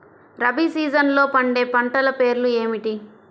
రబీ సీజన్లో పండే పంటల పేర్లు ఏమిటి?